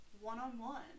one-on-one